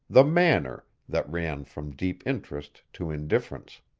the manner, that ran from deep interest to indifference.